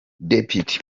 depite